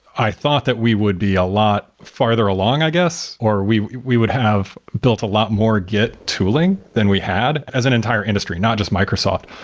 i thought that we would be a lot farther along, i guess, or we we would have built a lot more git tooling than we had as an entire industry, not just microsoft.